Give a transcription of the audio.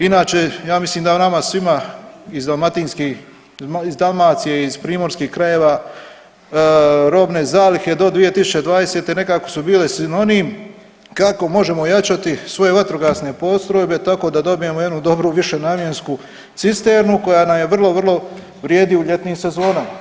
Inače ja mislim da o nama svima iz Dalmacije iz primorskih krajeva robne zalihe do 2020. nekako su bile sinonim kako možemo ojačati svoje vatrogasne postrojbe tako da dobijemo jednu dobru višenamjensku cisternu koja nam vrlo, vrlo vrijedi u ljetnim sezonama.